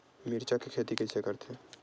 मिरचा के खेती कइसे करथे?